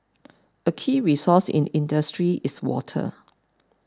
a key resource in industry is water